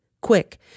Quick